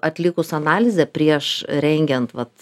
atlikus analizę prieš rengiant vat